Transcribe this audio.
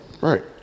Right